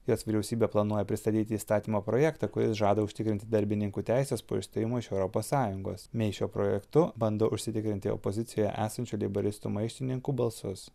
jos vyriausybė planuoja pristatyti įstatymo projektą kuris žada užtikrinti darbininkų teises po išstojimo iš europos sąjungos mei šiuo projektu bando užsitikrinti opozicijoje esančių leiboristų maištininkų balsus